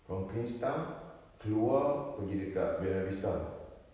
from queenstown keluar pergi dekat buona vista